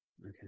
okay